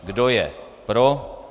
Kdo je pro?